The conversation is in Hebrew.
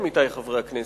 עמיתי חברי הכנסת,